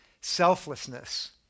selflessness